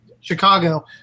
Chicago